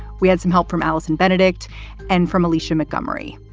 we had some help from allison benedikt and from alicia montgomery.